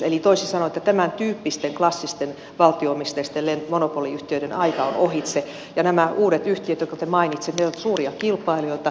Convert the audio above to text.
eli toisin sanoen tämäntyyppisten klassisten valtio omisteisten monopoliyhtiöiden aika on ohitse ja nämä uudet yhtiöt jotka te mainitsitte ovat suuria kilpailijoita